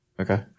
Okay